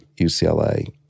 UCLA